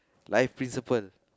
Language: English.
life principle